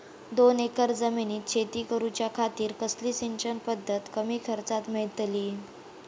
दोन एकर जमिनीत शेती करूच्या खातीर कसली सिंचन पध्दत कमी खर्चात मेलतली?